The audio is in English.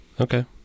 Okay